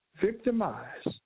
victimized